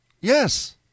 Yes